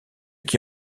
qui